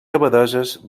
abadesses